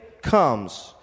comes